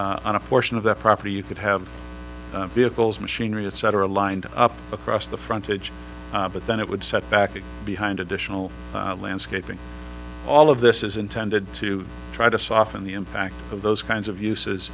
a portion of the property you could have vehicles machinery etc lined up across the frontage but then it would set back behind additional landscaping all of this is intended to try to soften the impact of those kinds of uses